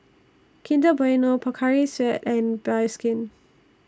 Kinder Bueno Pocari Sweat and Bioskin